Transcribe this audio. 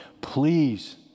Please